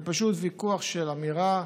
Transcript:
זה פשוט ויכוח של אמירה: